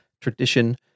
tradition